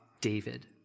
David